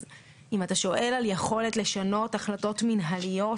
אז אם אתה שואל על יכולת לשנות החלטות מנהליות,